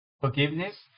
forgiveness